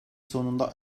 sonunda